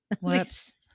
Whoops